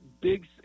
big